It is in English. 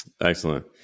Excellent